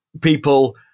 people